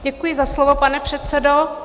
Děkuji za slovo, pane předsedo.